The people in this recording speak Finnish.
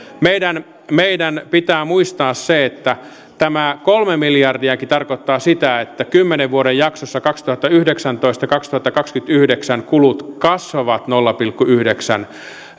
meidän meidän pitää muistaa se että tämä kolmen miljardiakin tarkoittaa sitä että kymmenen vuoden jaksossa kaksituhattayhdeksäntoista viiva kaksituhattakaksikymmentäyhdeksän kulut kasvavat nolla pilkku yhdeksän